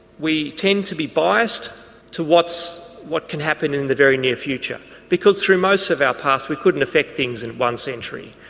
we tend to be biased to what can happen in the very near future because through most of our past we couldn't affect things in one century,